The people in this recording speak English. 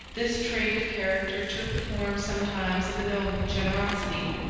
this trait of character took the form sometimes of a noble generosity.